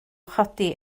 chodi